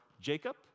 Jacob